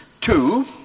Two